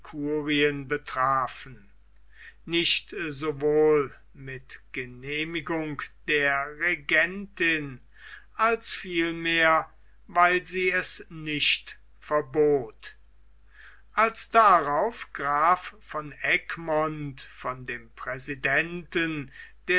curien betrafen nicht sowohl mit genehmigung der regentin als vielmehr weil sie es nicht verbot als darauf graf von egmont von dem präsidenten